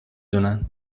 دونن